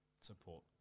support